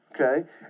okay